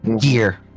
Gear